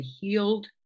healed